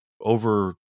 over